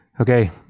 Okay